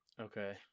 Okay